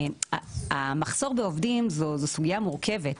המחסור בעובדים זו סוגיה מורכבת.